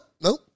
Nope